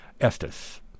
Estes